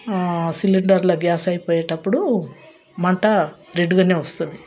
సిలిండర్లో gas అయిపోయేటప్పుడు మంట రెడ్డుగానే వస్తుంది